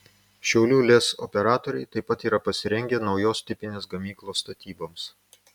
šiaulių lez operatoriai taip pat yra pasirengę naujos tipinės gamyklos statyboms